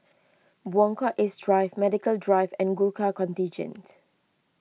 Buangkok East Drive Medical Drive and Gurkha Contingent